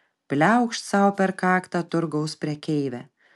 pliaukšt sau per kaktą turgaus prekeivė